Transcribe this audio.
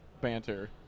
banter